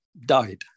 died